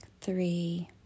three